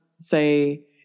say